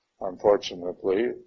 unfortunately